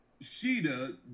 Sheeta